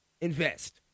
invest